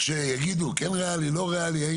ויגידו כן ריאלי או לא ריאלי,